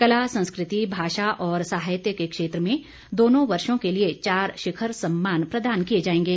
कला संस्कृति भाषा और साहित्य के क्षेत्र में दोनों वर्षो के लिए चार शिखर सम्मान प्रदान किए जाएंगे